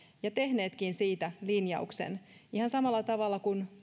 ja tehneetkin siitä linjauksen ihan samalla tavalla kuin